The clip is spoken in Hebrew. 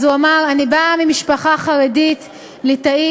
אז הוא אמר: אני בא ממשפחה חרדית ליטאית,